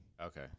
Okay